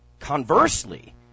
Conversely